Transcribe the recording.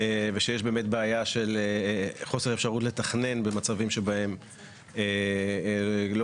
ושיש באמת בעיה של חוסר אפשרות לתכנן במצבים שבהם לא